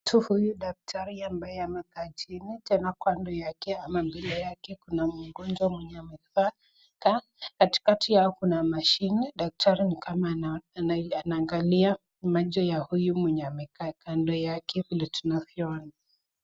Mtu huyu daktari ambaye amekaa chini tena kando yake ama mbele yake kuna mgonjwa mwenye amekaa. Katikati yao kuna mashini. Daktari ni kama anaangalia macho ya huyu mwenye amekaa kando yake vile tunavyoona.